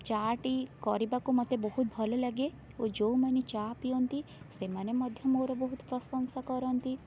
ଚା' ଟି କରିବାକୁ ମତେ ବହୁତ ଭଲ ଲାଗେ ଓ ଯେଉଁମାନେ ଚା' ପିଅନ୍ତି ସେମାନେ ମଧ୍ୟ ମୋର ବହୁତ ପ୍ରଶଂସା କରନ୍ତି